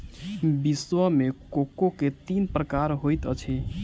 विश्व मे कोको के तीन प्रकार होइत अछि